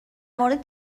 مورد